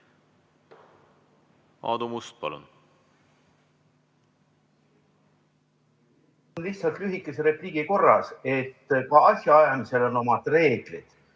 Aadu Must, palun!